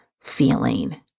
feeling